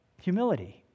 humility